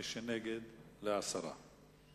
מי שנגד, להסרה.